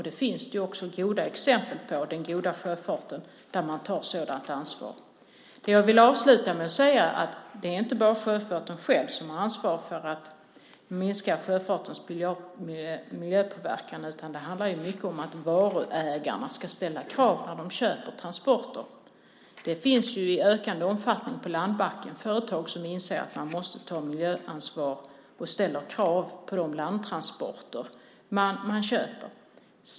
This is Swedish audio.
Det finns också goda exempel på den goda sjöfarten, där man tar sådant ansvar. Jag vill avsluta med att säga att det inte bara är sjöfarten själv som har ansvar för att minska sjöfartens miljöpåverkan, utan det handlar mycket om att varuägarna ska ställa krav när de köper transporter. Det finns på landbacken i ökande omfattning företag som inser att de måste ta miljöansvar och ställer krav på de landtransporter som de köper.